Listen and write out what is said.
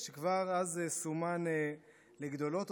שכבר אז סומן לגדולות,